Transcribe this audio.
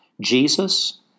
Jesus